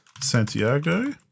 Santiago